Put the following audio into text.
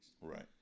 Right